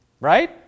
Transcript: Right